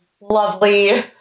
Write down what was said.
lovely